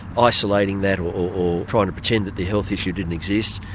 isolating that or trying to pretend that the health issue didn't exist,